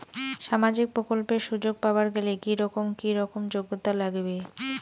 সামাজিক প্রকল্পের সুযোগ পাবার গেলে কি রকম কি রকম যোগ্যতা লাগিবে?